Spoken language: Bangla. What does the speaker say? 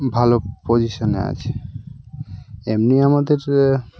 ভালো পজিশনে আছে এমনি আমাদের